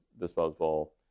disposable